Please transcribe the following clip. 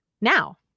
now